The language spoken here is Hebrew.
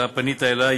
אתה פנית אלי,